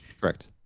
Correct